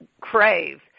crave